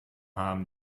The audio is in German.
haben